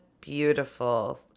beautiful